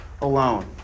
alone